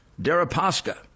Deripaska